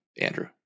Andrew